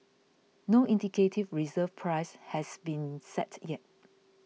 no indicative reserve price has been set yet